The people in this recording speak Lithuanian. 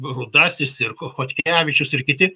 rudasis ir cho chodkevičius ir kiti